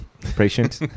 patient